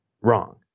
wrong